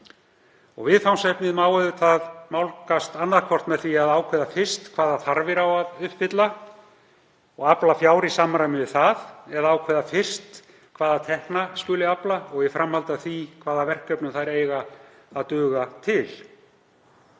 Viðfangsefnið má auðvitað nálgast annaðhvort með því að ákveða fyrst hvaða þarfir eigi að uppfylla og afla fjár í samræmi við það eða ákveða fyrst hvaða tekna skuli afla og í framhaldi af því hvaða verkefnum þær eiga að duga fyrir.